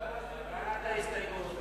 בעד ההסתייגות.